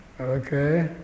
Okay